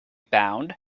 bound